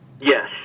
Yes